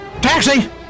Taxi